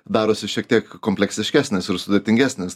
darosi šiek tiek kompleksiškesnės ir sudėtingesnės